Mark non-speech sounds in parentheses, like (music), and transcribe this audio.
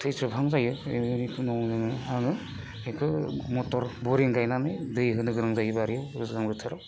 थैज्रोबहां जायो (unintelligible) आङो बेखो मटर बरिं गायनानै दै होनो गोनां जायो बारियाव गोजां बोथोराव